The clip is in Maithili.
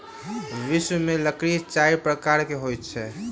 विश्व में लकड़ी चाइर प्रकारक होइत अछि